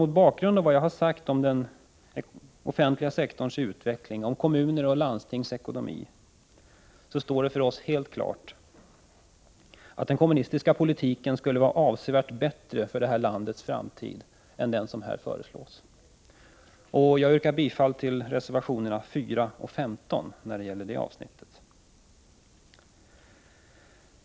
Mot bakgrund av vad jag redovisat om den offentliga sektorns utveckling, om kommuners och landstings ekonomi, står det för oss miska frågor miska frågor helt klart att den kommunistiska politiken skulle vara avsevärt bättre för det här landets. framtid än den som här föreslagits. Jag yrkar bifall till reservationerna 4 och 15 i fråga om detta avsnitt.